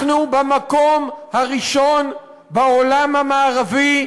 אנחנו במקום הראשון בעולם המערבי,